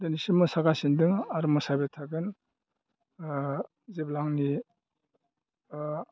दिनैसिम मोसागासिनो दङ आरो मोसाबाय थागोन जेब्ला आंनि